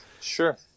sure